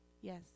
yes